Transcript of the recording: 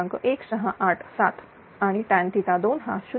1687 आणि tan2 हा 0